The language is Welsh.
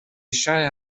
eisiau